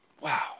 Wow